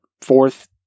fourth